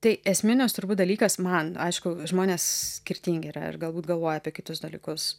tai esminis turbūt dalykas man aišku žmonės skirtingi yra ir galbūt galvoja apie kitus dalykus